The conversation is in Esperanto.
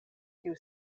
kiu